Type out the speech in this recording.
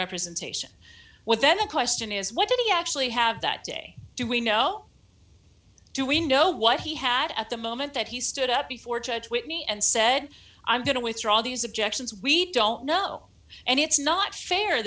representation what then the question is what did he actually have that day do we know do we know what he had at the moment that he stood up before judge whitney and said i'm going to withdraw these objections we don't know and it's not fair